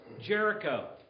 Jericho